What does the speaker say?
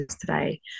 today